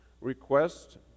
request